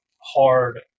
hard